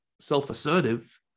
self-assertive